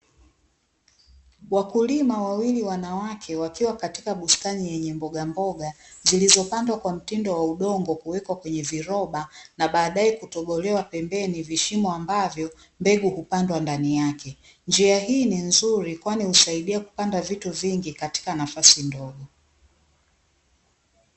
Wakulima wawili wanawake wakiwa katika bustani yenye mbogamboga, zilizopandwa kwa mtindo wa udongo, kuwekwa kwenye viroba na baadaye kutobolewa pembeni vishimo ambavyo, mbegu hupandwa ndani yake. Njia hii ni nzuri kwani husaidia kupanda vitu vingi katika nafasi ndogo.